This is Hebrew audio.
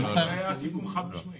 זה היה הסיכום בישיבה הקודמת.